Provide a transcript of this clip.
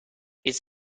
its